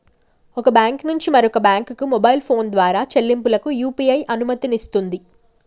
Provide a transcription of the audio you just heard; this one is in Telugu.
ఒక బ్యాంకు నుంచి మరొక బ్యాంకుకు మొబైల్ ఫోన్ ద్వారా చెల్లింపులకు యూ.పీ.ఐ అనుమతినిస్తుంది